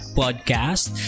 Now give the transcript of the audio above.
podcast